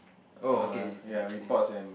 oh okay you did say